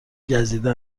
گزیده